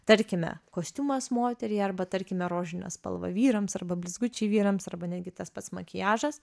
tarkime kostiumas moteriai arba tarkime rožinė spalva vyrams arba blizgučiai vyrams arba netgi tas pats makiažas